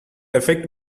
effect